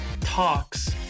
Talks